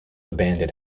abandoned